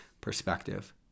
perspective